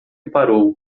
parou